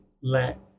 let